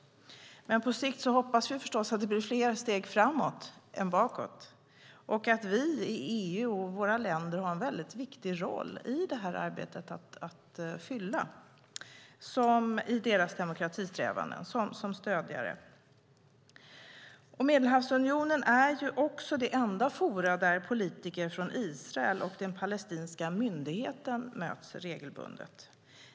Men på sikt hoppas vi förstås att det blir fler steg framåt än bakåt. Vi i EU och i våra länder har en mycket viktig roll att fylla som stödjare i deras demokratisträvanden. Medelhavsunionen är också det enda forum där politiker från Israel och den palestinska myndigheten möts regelbundet.